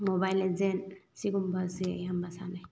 mobile ꯂꯦꯖꯦꯟ ꯁꯤꯒꯨꯝꯕ ꯑꯁꯦ ꯑꯌꯥꯝꯕ ꯁꯥꯟꯅꯩ